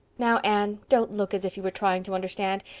now, anne, don't look as if you were trying to understand.